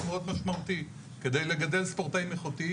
מאוד משמעותי כדי לגדל ספורטאים איכותיים.